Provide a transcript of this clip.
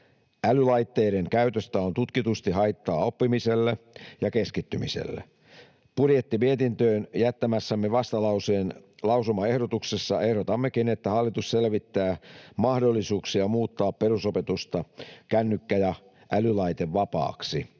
Älylaitteiden käytöstä on tutkitusti haittaa oppimiselle ja keskittymiselle. Budjettimietintöön jättämässämme vastalauseen lausumaehdotuksessa ehdotammekin, että hallitus selvittää mahdollisuuksia muuttaa perusopetusta kännykkä- ja älylaitevapaaksi.